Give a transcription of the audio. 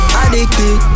addicted